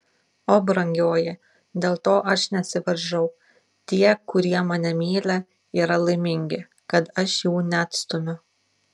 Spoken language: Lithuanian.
o brangioji dėl to aš nesivaržau tie kurie mane myli yra laimingi kad aš jų neatstumiu